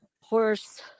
horse